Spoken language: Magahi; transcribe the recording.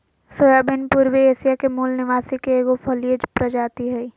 सोयाबीन पूर्वी एशिया के मूल निवासी के एगो फलिय प्रजाति हइ